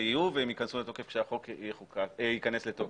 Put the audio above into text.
יהיו והם ייכנסו לתוקף כשהחוק ייכנס לתוקף,